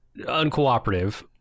uncooperative